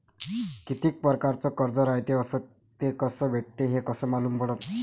कितीक परकारचं कर्ज रायते अस ते कस भेटते, हे कस मालूम पडनं?